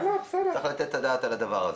צריך לתת את הדעת על הדבר הזה.